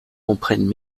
comprennent